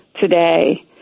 today